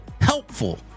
HELPFUL